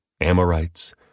Amorites